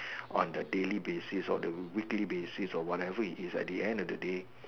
on the daily basis or the weekly basis or whatever it is at the end of the day